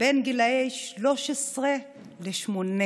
בין גילאי 13 ל-18.